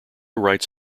writes